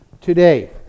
today